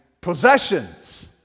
possessions